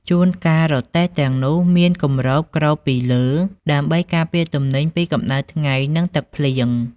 ជួនកាលរទេះទាំងនោះមានគម្របគ្របពីលើដើម្បីការពារទំនិញពីកម្ដៅថ្ងៃនិងទឹកភ្លៀង។